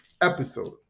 episode